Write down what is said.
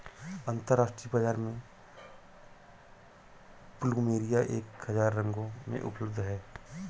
अंतरराष्ट्रीय बाजार में प्लुमेरिया एक हजार रंगों में उपलब्ध हैं